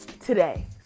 today